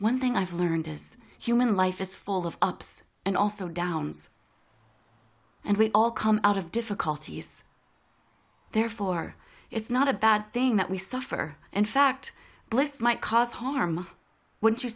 one thing i've learned is human life is full of ups and also downs and we all come out of difficulties therefore it's not a bad thing that we suffer in fact bliss might cause harm w